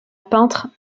peintre